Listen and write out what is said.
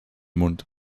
mund